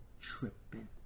tripping